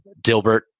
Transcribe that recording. Dilbert